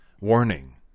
Warning